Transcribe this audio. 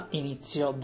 inizio